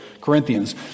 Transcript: Corinthians